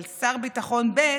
אבל שר ביטחון ב',